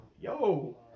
yo